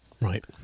Right